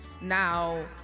Now